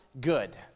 good